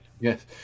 Yes